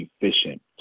efficient